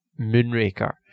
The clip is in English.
Moonraker